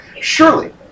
Surely